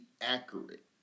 accurate